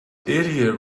idiot